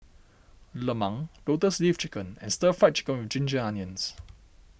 Lemang Lotus Leaf Chicken and Stir Fried Chicken with Ginger Onions